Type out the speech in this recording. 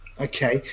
okay